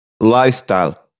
Lifestyle